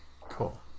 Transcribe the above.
Cool